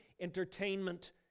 entertainment